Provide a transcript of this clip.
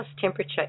temperature